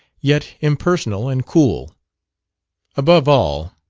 yet impersonal and cool above all,